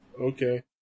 Okay